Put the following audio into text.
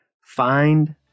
find